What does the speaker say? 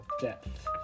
death